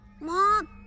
Mom